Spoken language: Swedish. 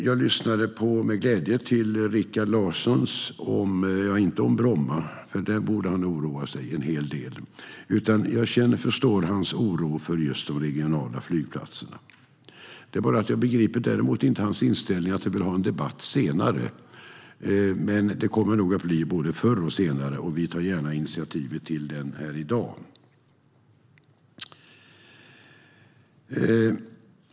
Jag lyssnade med glädje till vad Rikard Larsson sa, inte om Bromma, för där borde han oroa sig en hel del, utan om hans oro för de regionala flygplatserna, som jag känner och förstår. Däremot begriper jag inte hans inställning att vi bör ha en debatt senare. Det kommer nog att bli både förr och senare, och vi tar gärna initiativet till det här i dag.